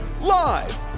live